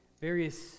various